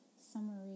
summary